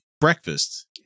breakfast